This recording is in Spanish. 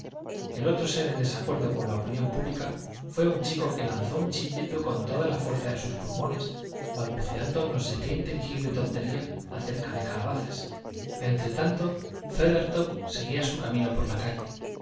el otro ser en desacuerdo con la opinión pública fué un chico que lanzó un chillido con toda la fuerza de sus pulmones balbuceando no sé qué ininteligible tontería acerca de calabazas entretanto feathertop seguía su camino por la calle con